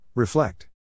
Reflect